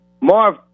Marv